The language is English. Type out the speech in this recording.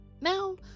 Now